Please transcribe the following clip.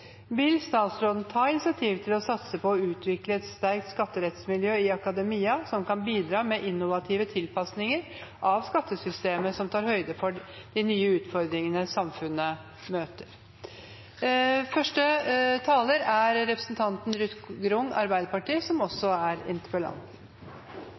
Vil statsråden ta initiativ til å satse på å utvikle et sterkt skatterettsmiljø i akademia, som kan bidra med innovative tilpasninger av skattesystemet og tar høyde for de nye utfordringene samfunnet møter? Jeg beklager å måtte skuffe representanten Grung ved å være her. Dette spørsmålet er